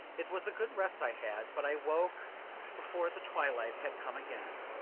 it was a good rest i had, but i woke before the twilight had come again.